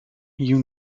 you